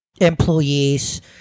employees